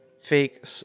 fake